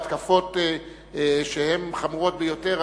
התקפות שהן חמורות ביותר,